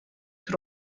tur